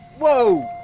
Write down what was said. whoa,